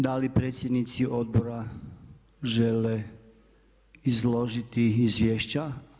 Da li predsjednici odbora žele izložiti izvješća?